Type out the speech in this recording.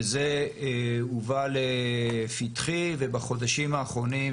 וזה הובא לפתחי ובחודשים האחרונים,